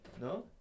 No